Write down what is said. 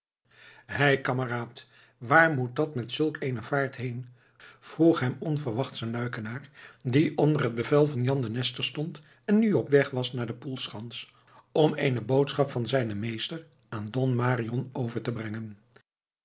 hei kameraad waar moet dat met zulk eene vaart heen vroeg hem onverwachts een luikenaar die onder het bevel van jan de nester stond en nu op weg was naar de poelschans om eene boodschap van zijnen meester aan don marion over te brengen